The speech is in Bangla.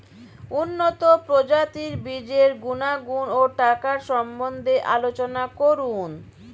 উন্নত প্রজাতির বীজের গুণাগুণ ও টাকার সম্বন্ধে আলোচনা করুন